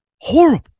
horrible